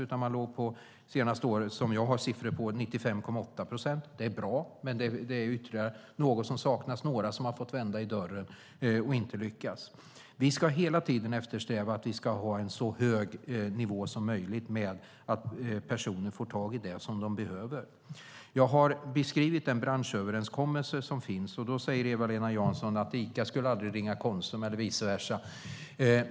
Det senaste året som jag har siffror på låg man på 95,8 procent. Det är bra, men det är ytterligare något som saknas, några som har fått vända i dörren och inte har lyckats. Vi ska hela tiden eftersträva att ha en så hög nivå som möjligt när det gäller att personer får tag i det som de behöver. Jag har beskrivit den branschöverenskommelse som finns. Då säger Eva-Lena Jansson att Ica aldrig skulle ringa Konsum eller vice versa.